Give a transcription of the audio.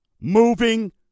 moving